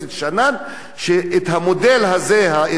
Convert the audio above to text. שאת המודל הזה, הזמני,